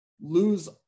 lose